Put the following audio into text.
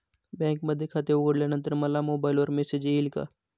बँकेमध्ये खाते उघडल्यानंतर मला मोबाईलवर मेसेज येईल का?